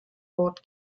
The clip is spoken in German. bord